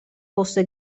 fosse